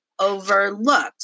overlooked